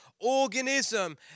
organism